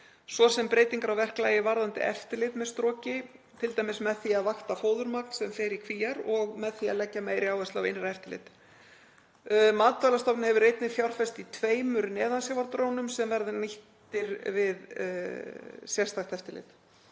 svo sem breytingar á verklagi varðandi eftirlit með stroki, t.d. með því að vakta fóðurmagn sem fer í kvíar og með því að leggja meiri áherslu á innra eftirlit. Matvælastofnun hefur einnig fjárfest í tveimur neðansjávardrónum sem verða nýttir við sérstakt eftirlit.